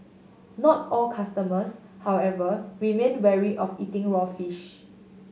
not all customers however remain wary of eating raw fish